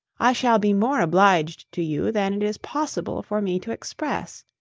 i shall be more obliged to you than it is possible for me to express.